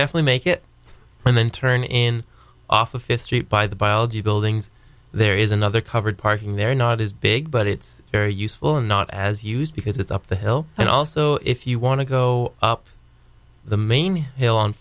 definitely make it and then turn in office street by the biology buildings there is another covered parking there not as big but it's very useful and not as used because it's up the hill and also if you want to go up the main hill on